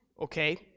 okay